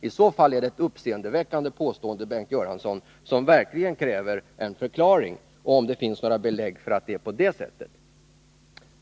I så fall är det ett uppseendeväckande påstående, Bengt Göransson, som verkligen kräver en förklaring. Finns det belägg för att det är på det sättet?